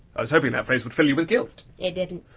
i was hoping that phrase would fill you with guilt. it didn't.